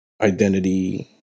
identity